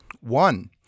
One